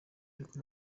ariko